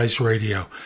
Radio